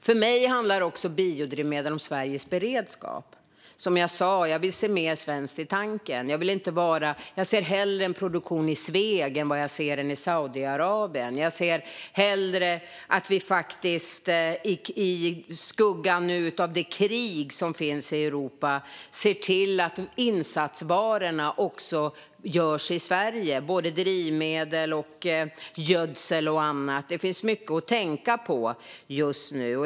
För mig handlar också biodrivmedel om Sveriges beredskap. Jag vill som sagt se mer svenskt i tanken. Jag ser hellre produktion i Sveg än i Saudiarabien. Jag ser hellre att vi, i skuggan av det krig som nu faktiskt pågår i Europa, ser till att insatsvaror också görs i Sverige - till exempel biodrivmedel och gödsel. Det finns mycket att tänka på just nu.